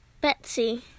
Betsy